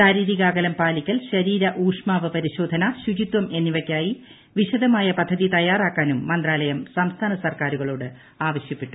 ശാരീരിക അകലം പാലിക്കൽ ശരീര ഊഷ്മാവ് പരിശോധന ശുചിത്വം എന്നിവയ്ക്കായി വിശദമായ പദ്ധതി തയ്യാറാക്കാനും മന്ത്രാലയം സംസ്ഥാന സർക്കാരുകളോട് ആവശ്യപ്പെട്ടു